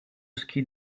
ski